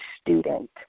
student